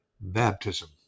baptism